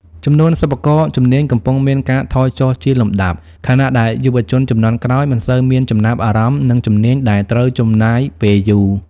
ចំនួនសិប្បករជំនាញកំពុងមានការថយចុះជាលំដាប់ ខណៈដែលយុវជនជំនាន់ក្រោយមិនសូវមានចំណាប់អារម្មណ៍នឹងជំនាញដែលត្រូវចំណាយពេលយូរ។